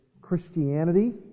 Christianity